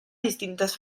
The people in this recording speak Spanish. distintas